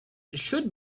should